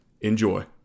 Enjoy